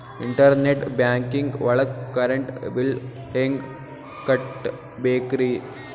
Internet banking ಒಳಗ್ current bill ಹೆಂಗ್ ಕಟ್ಟ್ ಬೇಕ್ರಿ?